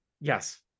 yes